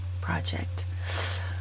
project